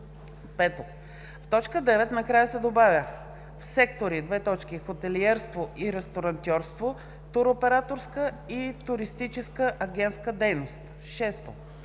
5. В т. 9 накрая се добавя „в сектори: хотелиерство и ресторантьорство; туроператорска и туристическа агентска дейност“. 6.